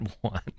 one